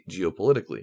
geopolitically